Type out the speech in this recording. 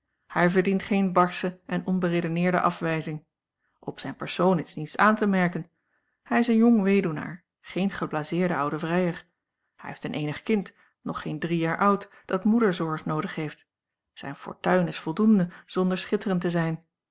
hij verdient geen barsche en onberedeneerde afwijzing op zijn persoon is niets aan te merken hij is een jong weduwnaar geen geblaseerde oude vrijer hij heeft een eenig kind nog geen drie jaar oud dat moederzorg noodig heeft zijn fortuin is voldoende zona l g bosboom-toussaint langs een omweg der schitterend te zijn